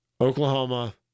Oklahoma